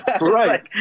Right